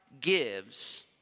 gives